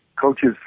coaches